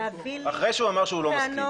להביא לי טענות --- אחרי שהוא אמר שהוא לא מסכים.